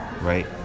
right